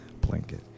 Blanket